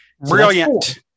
Brilliant